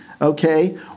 okay